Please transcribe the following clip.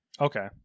okay